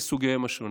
לסוגיהם השונים.